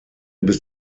bis